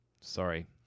Sorry